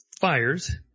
fires